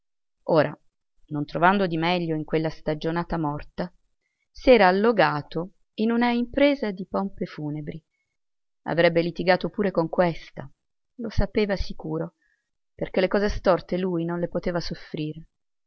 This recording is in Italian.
ora non trovando di meglio in quella stagionaccia morta s'era allogato in una impresa di pompe funebri avrebbe litigato pure con questa lo sapeva sicuro perché le cose storte lui non le poteva soffrire